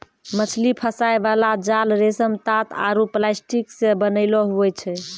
मछली फसाय बाला जाल रेशम, तात आरु प्लास्टिक से बनैलो हुवै छै